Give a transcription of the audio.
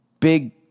big